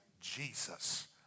Jesus